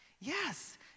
Yes